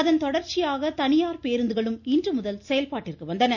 இதன்தொடர்ச்சியாக தனியார் பேருந்துகளும் இன்றுமுதல் செயல்பாட்டிற்கு வந்தன